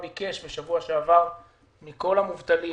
בשבוע שעבר ביקש שירות התעסוקה מכל המובטלים